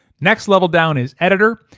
next level down is editor.